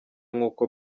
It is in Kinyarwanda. nkuko